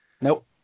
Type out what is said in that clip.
Nope